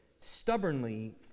stubbornly